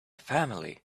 family